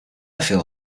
feel